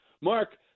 Mark